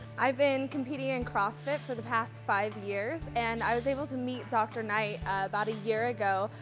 i've been competing in crossfit for the past five years and i was able to meet dr. knight about a year ago.